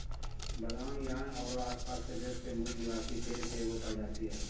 बादाम ईरान औरो आसपास के देश के मूल निवासी पेड़ के एगो प्रजाति हइ